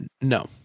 No